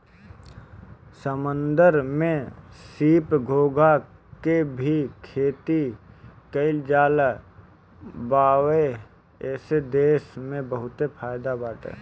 समुंदर में सीप, घोंघा के भी खेती कईल जात बावे एसे देश के बहुते फायदा बाटे